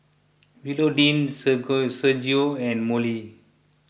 Willodean Sergio and Mollie